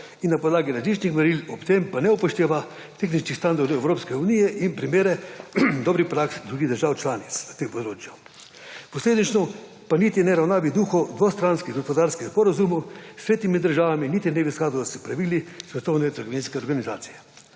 in na podlagi različnih meril, ob tem pa ne upošteva tehničnih standardov Evropske unije in primerov dobrih praks drugih držav članic na tem področju. Posledično pa niti ne ravna v duhu dvostranskih gospodarskih sporazumov s tretjimi državami niti ne v skladu s pravili Svetovne trgovinske organizacije.